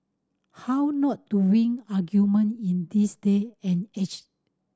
how not to win argument in this day and age